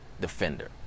defender